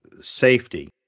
safety